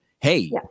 hey